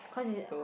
cause it's